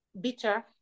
bitter